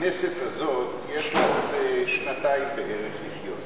הכנסת הזאת, יש לה עוד שנתיים בערך לחיות.